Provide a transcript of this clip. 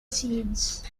seeds